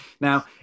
Now